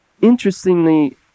interestingly